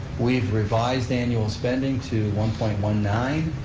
we've revised annual spending to one point one nine,